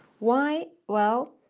why? well,